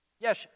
yes